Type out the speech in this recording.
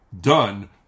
done